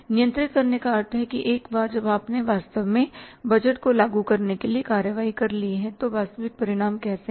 नियंत्रित करने का अर्थ है कि एक बार जब आपने वास्तव में बजट को लागू करने के लिए कार्रवाई कर ली है तो वास्तविक परिणाम कैसे हैं